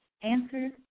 answers